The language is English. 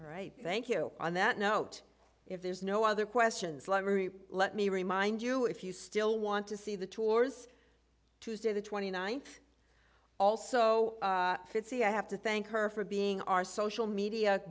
right thank you on that note if there's no other questions like marie let me remind you if you still want to see the two wars tuesday the twenty ninth also fitzy i have to thank her for being our social media